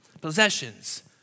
possessions